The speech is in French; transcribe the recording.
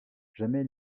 jamais